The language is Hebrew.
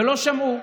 ולא שמעו.